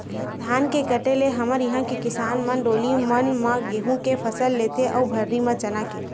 धान के कटे ले हमर इहाँ के किसान मन डोली मन म गहूँ के फसल लेथे अउ भर्री म चना के